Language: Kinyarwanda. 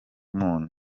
moon